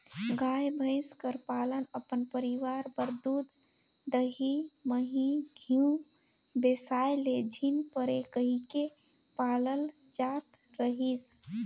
गाय, भंइस कर पालन अपन परिवार बर दूद, दही, मही, घींव बेसाए ले झिन परे कहिके पालल जात रहिस